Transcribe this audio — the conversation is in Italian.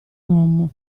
uomo